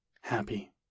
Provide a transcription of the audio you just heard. happy